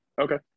okay